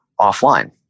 offline